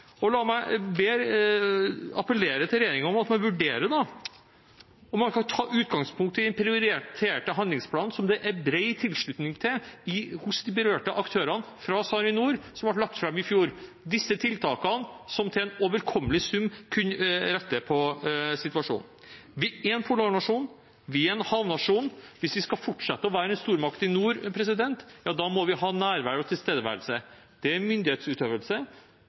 prioritere. La meg appellere til regjeringen om at man vurderer det. Man kan ta utgangspunkt i den prioriterte handlingsplanen som det er bred tilslutning til hos de berørte aktørene fra SARiNOR, som ble lagt fram i fjor – disse tiltakene som for en overkommelig sum kunne rettet på situasjonen. Vi er en polarnasjon, vi er en havnasjon. Hvis vi skal fortsette å være en stormakt i nord, må vi ha nærvær og tilstedeværelse. Det gjelder myndighetsutøvelse,